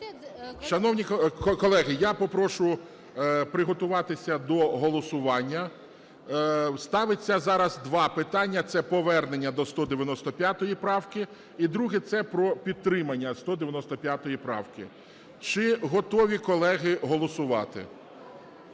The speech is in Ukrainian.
Шановні колеги, я попрошу приготуватися до голосування. Ставиться зараз два питання: це повернення до 195 правки і друге – це про підтримання 195 правки. Чи готові, колеги, голосувати?